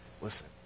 listen